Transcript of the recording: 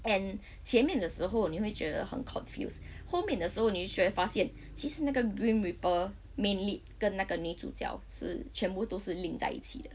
and 前面的时候你会觉得很 confused 后面的时候你就会发现其实那个 grim reaper main lead 跟那个女主角是全部都是 link 在一起的